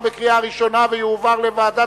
התש"ע 2010, לוועדה